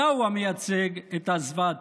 אתה הוא המייצג את הזוועתיות.